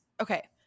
okay